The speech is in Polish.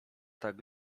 tak